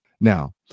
Now